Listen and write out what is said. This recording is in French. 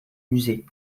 musée